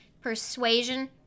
persuasion